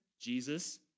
Jesus